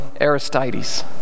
Aristides